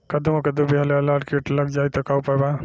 कद्दू मे कद्दू विहल या लाल कीट लग जाइ त का उपाय बा?